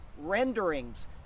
renderings